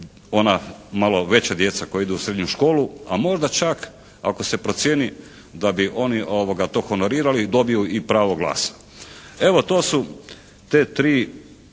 ona malo veća djeca koja idu u srednju školu, a možda čak ako se procijeni da bi oni to honorirali dobiju i pravo glasa. Evo to su te tri